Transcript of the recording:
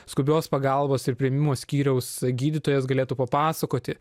skubios pagalbos ir priėmimo skyriaus gydytojas galėtų papasakoti